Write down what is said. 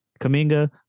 Kaminga